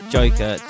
Joker